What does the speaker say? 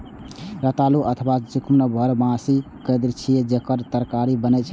रतालू अथवा खम्हरुआ बारहमासी कंद छियै, जेकर तरकारी बनै छै